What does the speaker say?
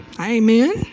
Amen